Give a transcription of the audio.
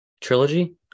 trilogy